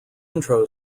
intro